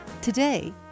Today